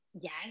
yes